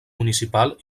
municipal